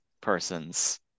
person's